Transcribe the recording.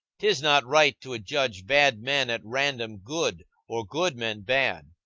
tis not right to adjudge bad men at random good, or good men bad.